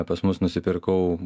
pas mus nusipirkau